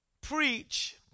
preach